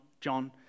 John